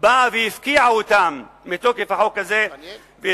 באה והפקיעה אותם מתוקף החוק הזה והתייחסה